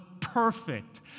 perfect